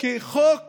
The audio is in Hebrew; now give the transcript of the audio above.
כחוק